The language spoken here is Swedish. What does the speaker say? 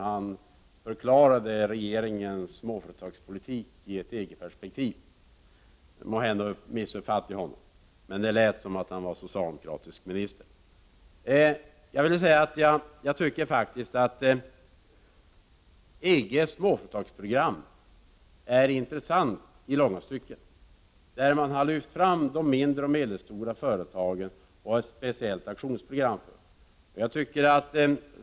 Han förklarade då regeringens småföretagspolitik i ett EG-perspektiv. Måhända missuppfattade jag honom, men det lät som om han vore en socialdemokratisk minister. Jag tycker faktiskt att EG:s småföretagsprogram är intressant i långa stycken. Man har där lyft fram de mindre och de medelstora företagen och tagit fram ett speciellt aktionsprogram för dessa.